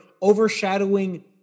overshadowing